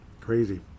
Crazy